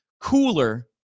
cooler